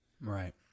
right